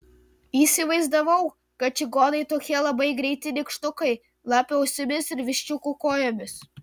įsivaizdavau kad čigonai tokie labai greiti nykštukai lapių ausimis ir viščiukų kojomis